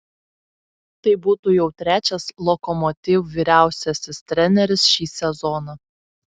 tai būtų jau trečias lokomotiv vyriausiasis treneris šį sezoną